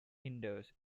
indoors